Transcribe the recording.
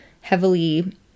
heavily